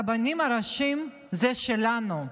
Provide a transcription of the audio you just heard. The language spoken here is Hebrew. הרבנים הראשיים זה שלנו,